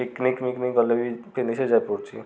picnic ମିକ୍ନିକ୍ ଗଲେ ବି ପିନ୍ଧି ସେ ଯାଇପାରୁଛି